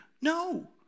No